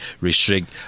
restrict